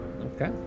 okay